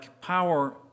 power